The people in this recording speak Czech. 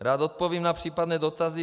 Rád odpovím na případné dotazy.